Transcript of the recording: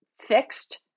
fixed